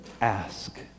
Ask